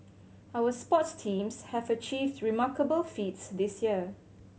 our sports teams have achieved remarkable feats this year